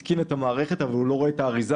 התקין את המערכת אבל הוא לא רואה את האריזה